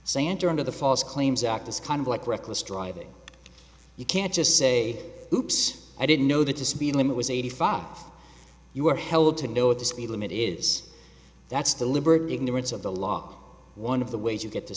santer under the false claims act as kind of like reckless driving you can't just say oops i didn't know that the speed limit was eighty five you were held to no the speed limit is that's deliberate ignorance of the law one of the ways you get to